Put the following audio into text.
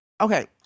okay